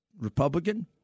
Republican